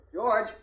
George